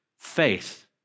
faith